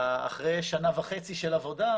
אחרי שנה וחצי של עבודה,